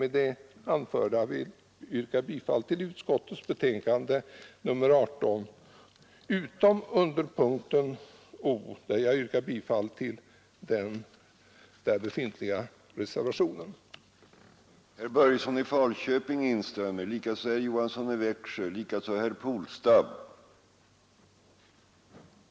Med det anförda vill jag yrka bifall till utskottets hemställan utom under punkten O, där jag yrkar bifall till reservationen 2.